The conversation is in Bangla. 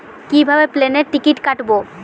কিভাবে প্লেনের টিকিট কাটব?